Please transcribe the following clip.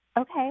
Okay